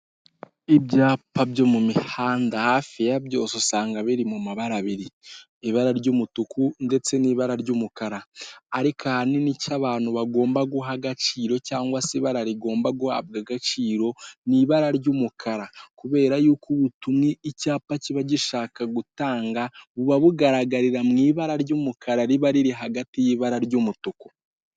Ibyapa byo mu mihanda hafi ya byose, usanga biri mu mabara abiri: ibara ry'umutuku ndetse n'ibara ry'umukara. Ariko ahanini icyo abantu bagomba guha agaciro cyangwa se ibara rigomba guhabwa agaciro, ni ibara ry'umukara. Kubera yuko ubutumwa icyapa kiba gishaka gutanga, buba bugaragarira mu ibara ry'umukara, riba riri hagati y'ibara ry'umutuku.